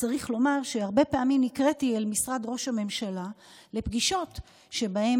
צריך לומר שהרבה פעמים נקראתי אל משרד ראש הממשלה לפגישות שבהן,